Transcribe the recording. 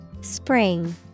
Spring